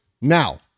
now